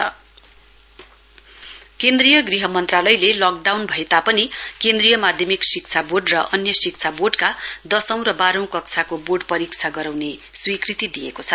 board exam केन्द्रीय गृह मन्त्रालयले लकडाउन भए तापनि केन्द्रीय माध्यमिक शिक्षा बोर्ड र अन्य शिक्षा बोर्डका दशौं र बाह्रौं कक्षाको बोर्ड परीक्षा गराउने स्वीकृति दिएको छ